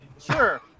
Sure